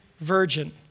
virgin